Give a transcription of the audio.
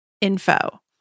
info